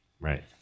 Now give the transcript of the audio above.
Right